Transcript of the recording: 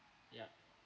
ya